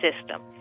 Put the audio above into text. system